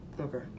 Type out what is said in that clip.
Okay